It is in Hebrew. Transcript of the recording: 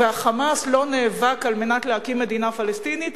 וה"חמאס" לא נאבק על מנת להקים מדינה פלסטינית